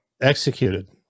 executed